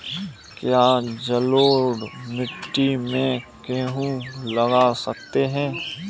क्या जलोढ़ मिट्टी में गेहूँ लगा सकते हैं?